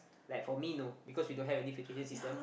like for me no because we don't have any filtration system